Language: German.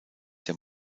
der